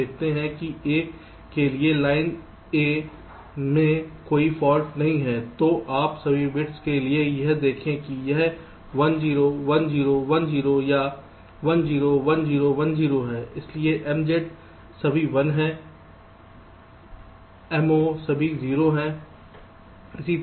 हम देखते हैं कि a के लिए लाइन a में कोई फॉल्ट नहीं है तो आप सभी बिट्स के लिए यह देखें कि यह 1 0 1 0 1 0 या 1 0 1 0 1 0 है इसलिए MZ सभी 1 है Mo सभी 0 है